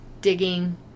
digging